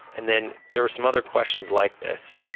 and then there were some other questions like this.